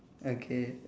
okay